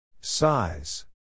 Size